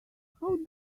how